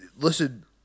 Listen